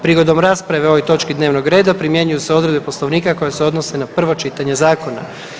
Prigodom rasprave o ovoj točki dnevnog reda primjenjuju se odredbe Poslovnika koje se odnose na prvo čitanje zakona.